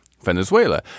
Venezuela